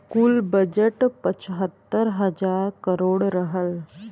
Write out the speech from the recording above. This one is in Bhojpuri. कुल बजट पचहत्तर हज़ार करोड़ रहल